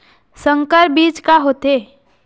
संकर बीज का होथे?